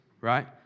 right